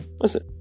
Listen